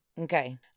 Okay